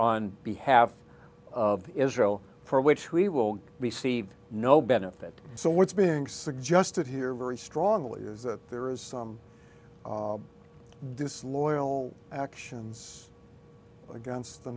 on behalf of israel for which we will receive no benefit so what's being suggested here very strongly that there is some disloyal actions against the